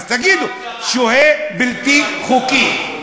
אז תגידו: שוהה בלתי חוקי.